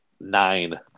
nine